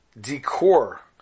decor